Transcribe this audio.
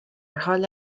حال